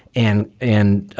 and and,